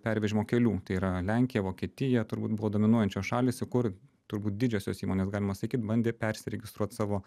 pervežimo kelių tai yra lenkija vokietija turbūt buvo dominuojančios šalys į kur turbūt didžiosios įmonės galima sakyt bandė persiregistruot savo